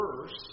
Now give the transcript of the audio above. verse